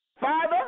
Father